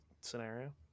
scenario